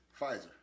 Pfizer